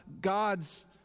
God's